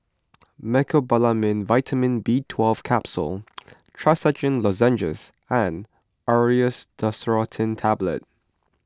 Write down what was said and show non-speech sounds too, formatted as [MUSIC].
Mecobalamin Vitamin B twelve [NOISE] Capsules Trachisan Lozenges and Aerius DesloratadineTablets